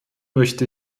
möchte